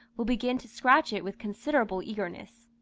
will begin to scratch it with considerable eagerness.